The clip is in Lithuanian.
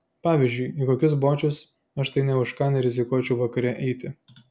pavyzdžiui į kokius bočius aš tai nė už ką nerizikuočiau vakare eiti